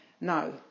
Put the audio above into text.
No